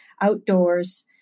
outdoors